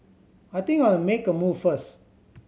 I think I'll make a move first